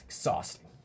exhausting